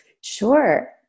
Sure